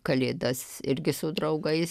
kalėdas irgi su draugais